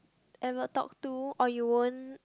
ever talk to or you won't